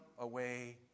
away